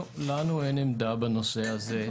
לנו אין עמדה בנושא הזה,